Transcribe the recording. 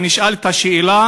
אני אקרא את השאלה,